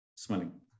Smiling